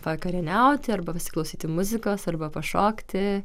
vakarieniauti arba pasiklausyti muzikos arba pašokti